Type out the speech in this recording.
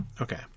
Okay